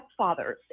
stepfathers